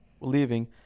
leaving